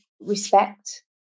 respect